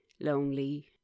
lonely